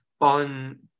on